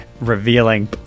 revealing